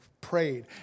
prayed